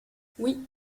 oui